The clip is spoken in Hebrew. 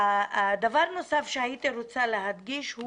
דבר נוסף שהייתי רוצה להדגיש,